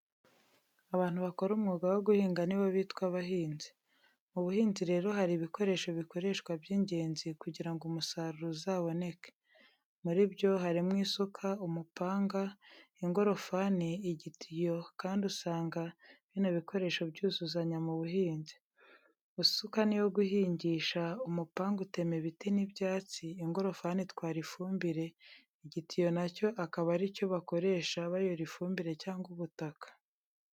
Abantu bakora umwuga wo guhinga nibo bitwa abahinzi. Mu buhinzi rero hari ibikoresho bikoreshwa by'ingenzi kugira ngo umusaruro uzaboneke. Muri byo harimo isuka, umupanga, ingorofani, igitiyo kandi usanga bino bikoresho byuzuzanya mu buhinzi. Isuka niyo guhingisha, umupanga utema ibiti n'ibyatsi, ingorofani itwara ifumbire, igitiyo na cyo akaba ari cyo bakoresha bayora ifumbire cyangwa ubutaka.